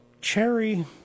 cherry